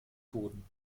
boden